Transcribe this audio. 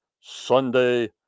Sunday